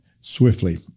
swiftly